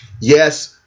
yes